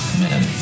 men